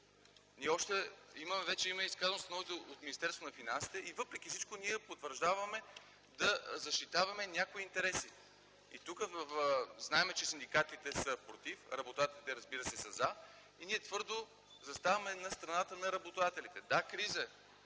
Вече има изказано становище от Министерството на финансите и въпреки всичко ние продължаваме да защитаваме някои интереси. Знаем, че синдикатите са против, работодателите, разбира се, са „за” и ние твърдо заставаме на страната на работодателите. Да, криза е,